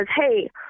hey